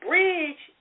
bridge